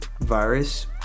virus